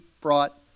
brought